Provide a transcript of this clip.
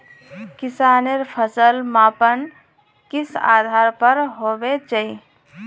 किसानेर फसल मापन किस आधार पर होबे चही?